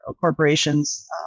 corporations